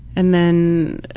and then,